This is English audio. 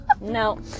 No